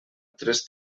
tres